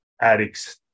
addicts